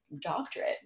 doctorate